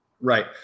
right